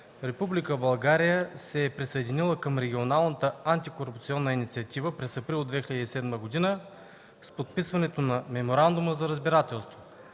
Република България се e присъединила към Регионалната антикорупционна инициатива (РАИ) през април 2007 г. с подписването на Меморандума за разбирателство.